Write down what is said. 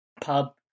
pub